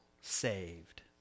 saved